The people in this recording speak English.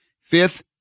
Fifth